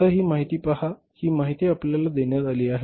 आता ही माहिती पहा ही माहिती आपल्याला देण्यात आली आहे